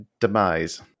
demise